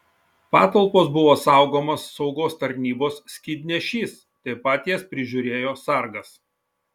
patalpos buvo saugomos saugos tarnybos skydnešys taip pat jas prižiūrėjo sargas